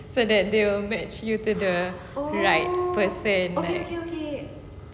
so that they will match you to the right person like